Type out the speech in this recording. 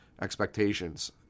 expectations